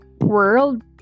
world